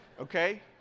okay